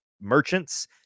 merchants